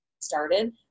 started